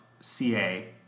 CA